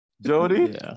Jody